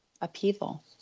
upheaval